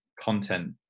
content